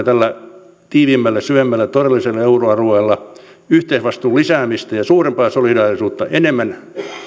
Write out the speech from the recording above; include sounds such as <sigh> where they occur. <unintelligible> tällä tiiviimmällä syvemmällä todellisella euroalueella talous ja rahaliiton yhteisvastuun lisäämistä ja suurempaa solidaarisuutta enemmän